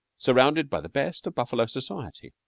surrounded by the best of buffalo society.